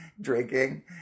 drinking